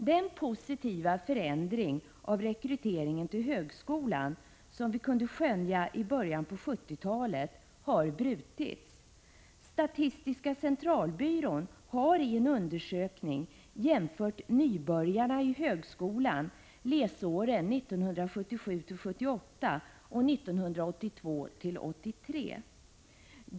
Den positiva förändring av rekryteringen till högskolan som vi kunde skönja i början av 1970-talet har brutits. Statistiska centralbyrån har i en undersökning jämfört nybörjarna i högskolan läsåren 1977 83.